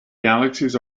galaxies